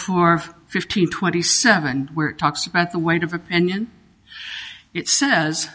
off fifteen twenty seven where it talks about the weight of opinion it says